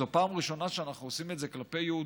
זו פעם ראשונה שאנחנו עושים את זה כלפי יהודים,